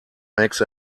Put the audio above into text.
makes